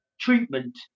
treatment